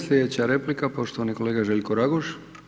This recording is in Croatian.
Sljedeća replika poštovani kolega Željko Raguž.